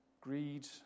greed